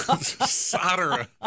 Solder